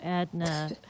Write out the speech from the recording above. Edna